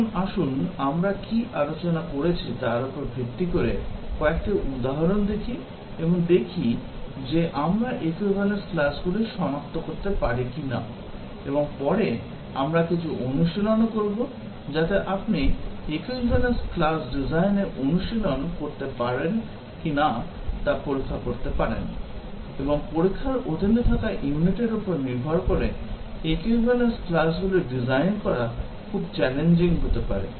এখন আসুন আমরা কী আলোচনা করেছি তার উপর ভিত্তি করে কয়েকটি উদাহরণ দেখি এবং দেখি যে আমরা equivalence classগুলি সনাক্ত করতে পারি কিনা এবং পরে আমরা কিছু অনুশীলনও করব যাতে আপনি equivalence class ডিজাইনের অনুশীলন করতে পারেন কিনা তা পরীক্ষা করতে পারেন এবং পরীক্ষার অধীনে থাকা ইউনিটের উপর নির্ভর করে equivalence classগুলি ডিজাইন করা খুব চ্যালেঞ্জিং হতে পারে